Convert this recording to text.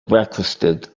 breakfasted